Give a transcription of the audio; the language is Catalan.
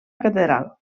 catedral